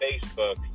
Facebook